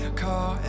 call